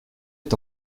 est